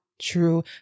true